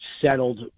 settled